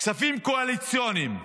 כספים קואליציוניים,